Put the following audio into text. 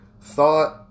thought